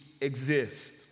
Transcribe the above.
exist